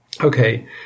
okay